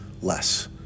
less